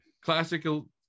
classical